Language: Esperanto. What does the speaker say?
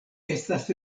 estas